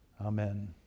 Amen